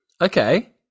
Okay